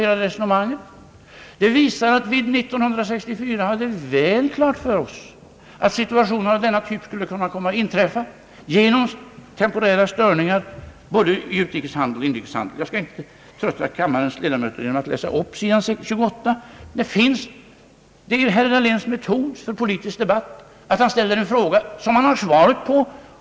Det framgår att vi 1964 hade väl klart för oss att situationer av denna typ skulle komma att inträffa genom temporära störningar i både utrikesoch inrikeshandeln. Jag skall inte trötta kammarens ledamöter genom att läsa upp sidan 28, men det är herr Dahléns metod för en politisk debatt att han ställer en fråga som han har svaret på.